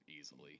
easily